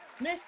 Miss